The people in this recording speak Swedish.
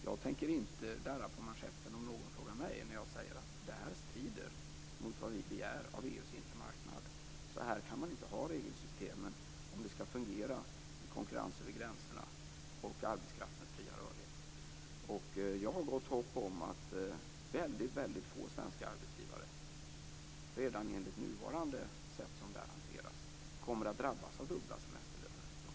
Jag tänker inte darra på manschetten om någon frågar mig och jag säger att detta strider mot vad vi begär av EU:s inre marknad. Så går det inte att ha i regelsystemen om principen om fri konkurrens och fri rörlighet för arbetskraft över gränserna skall fungera. Jag har gott hopp om att få svenska arbetsgivare, redan enligt nuvarande hantering, kommer att drabbas av att betala ut dubbla semesterlöner.